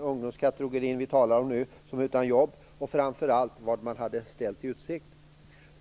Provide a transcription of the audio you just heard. ungdomar som är utan jobb och, framför allt, vad som hade ställts i utsikt.